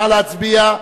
נא להצביע.